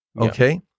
okay